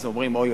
אז אומרים "אוי,